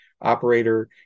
operator